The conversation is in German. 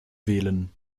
wählen